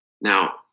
now